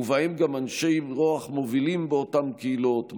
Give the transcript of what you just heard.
ובהם אנשי רוח מובילים באותן קהילות,